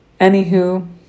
Anywho